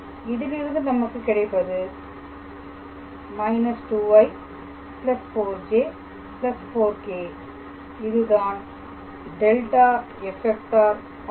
இதிலிருந்து நமக்கு கிடைப்பது −2i 4j 4k̂ இதுதான் ∇⃗⃗ f ஆகும்